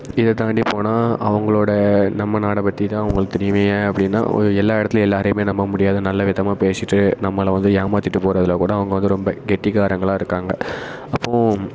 இதை தாண்டி போனால் அவங்களோட நம்ம நாடை பற்றி தான் உங்களுக்கு தெரியுமே ஏன் அப்படின்னா ஒரு எல்லா இடத்துலையும் எல்லாரையுமே நம்ப முடியாது நல்லவிதமாக பேசிவிட்டு நம்மளை வந்து ஏமாற்றிட்டு போகறதுல கூட அவங்க வந்து ரொம்ப கெட்டிக்காரங்களா இருக்காங்க அப்போ